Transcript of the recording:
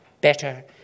better